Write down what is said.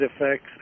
effects